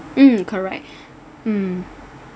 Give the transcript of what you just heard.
mm correct mm